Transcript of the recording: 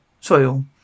soil